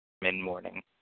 mid-morning